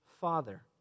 Father